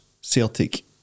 Celtic